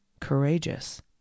courageous